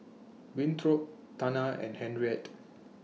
Winthrop Tana and Henriette